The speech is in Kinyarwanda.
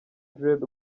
dread